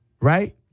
right